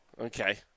okay